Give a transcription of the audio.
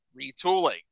retooling